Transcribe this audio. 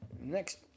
Next